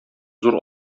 зур